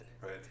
Right